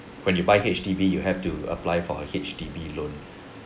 when you buy H_D_B you have to apply for a H_D_B loan